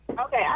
Okay